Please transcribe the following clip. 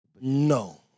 No